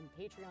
Patreon